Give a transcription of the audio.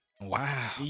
Wow